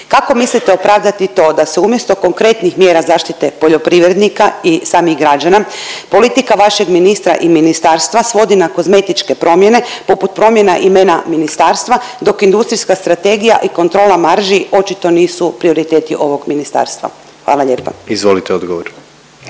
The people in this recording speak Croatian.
Kako mislite opravdati to da se umjesto konkretnih mjera zaštite poljoprivrednika i samih građana politika vašeg ministra i ministarstva svodi na kozmetičke promjene poput promjena imena ministarstva dok industrijska strategija i kontrola marži očito nisu prioriteti ovog ministarstva? Hvala lijepa. **Jandroković,